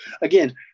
Again